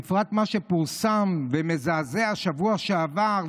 בפרט מה שפורסם בשבוע שעבר,